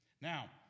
Now